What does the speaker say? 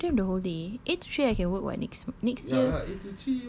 I can put them the whole day eight to three I can work what next next year